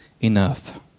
enough